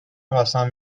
قسم